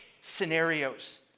scenarios